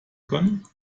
können